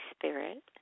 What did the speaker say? Spirit